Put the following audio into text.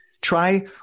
Try